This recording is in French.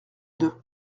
deux